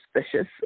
suspicious